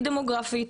היא דמוגרפית.